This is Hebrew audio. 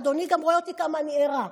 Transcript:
אדוני גם רואה אותי כמה אני ערה.